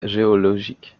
géologique